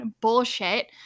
bullshit